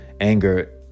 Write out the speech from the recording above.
anger